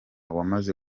wamaze